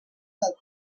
del